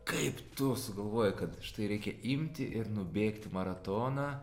kaip tu sugalvojai kad štai reikia imti ir nubėgti maratoną